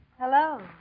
Hello